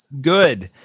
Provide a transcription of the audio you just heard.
Good